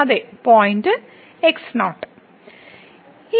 അതേ point x 0